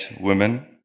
women